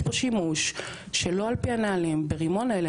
יש פה שימוש שלא על פי הנהלים ברימון הלם,